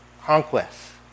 conquest